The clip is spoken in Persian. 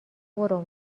برو